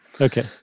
Okay